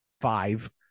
five